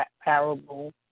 parable